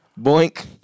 Boink